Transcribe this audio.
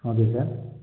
okay sir